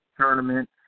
tournament